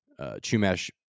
Chumash